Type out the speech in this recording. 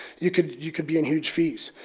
you could you could be in huge fees.